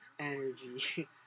Energy